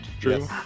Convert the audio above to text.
true